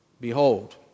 behold